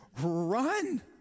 Run